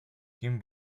kim